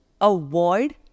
avoid